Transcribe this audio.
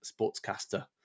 sportscaster